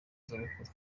zabukuru